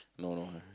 no no